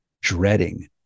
dreading